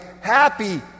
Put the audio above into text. happy